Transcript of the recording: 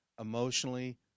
emotionally